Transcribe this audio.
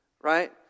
right